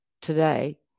today